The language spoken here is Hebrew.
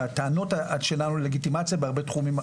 והטענות של הלגיטימציה בהרבה תחומים נוספים.